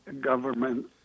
government